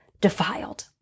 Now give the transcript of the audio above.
defiled